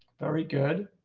very good.